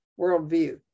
worldview